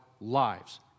lives